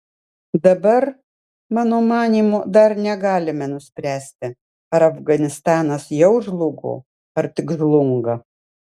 dabar mano manymu dar negalime nuspręsti ar afganistanas jau žlugo ar tik žlunga